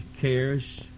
cares